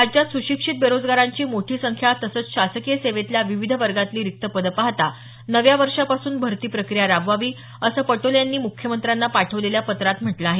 राज्यात सुशिक्षित बेरोजगारांची मोठी संख्या तसंच शासकीय सेवेतल्या विविध वर्गातली रिक्त पदं पाहता नव्या वर्षापासून भरती प्रक्रिया राबवावी असं पटोले यांनी मुख्यमंत्र्यांना पाठवलेल्या पत्रात म्हटलं आहे